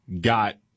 got